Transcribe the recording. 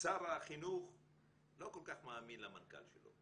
שר החינוך לא כל כך מאמין למנכ"ל שלו,